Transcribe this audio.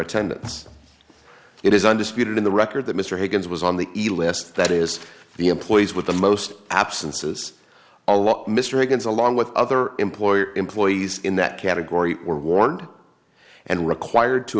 attendance it is undisputed in the record that mr higgins was on the list that is the employees with the most absences a lot mr reagan's along with other employer employees in that category were warned and required to